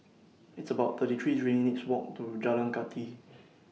It's about thirty three minutes' Walk to Jalan Kathi